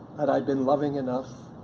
had i been loving enough?